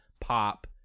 pop